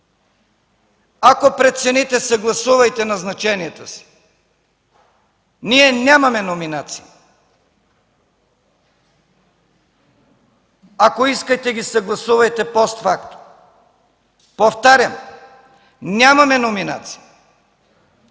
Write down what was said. Ако прецените, съгласувайте назначенията си. Ние нямаме номинации! Ако искате, ги съгласувайте постфактум. Повтарям, нямаме номинации!